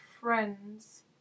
friends